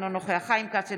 אינו נוכח חיים כץ,